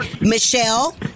Michelle